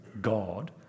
God